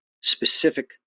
specific